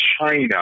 China